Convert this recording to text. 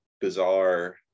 bizarre